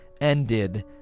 ended